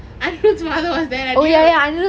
anirudh's father was there leh did you